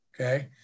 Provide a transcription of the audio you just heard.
Okay